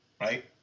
right